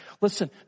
Listen